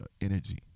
energy